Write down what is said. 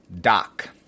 Doc